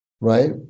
right